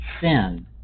sin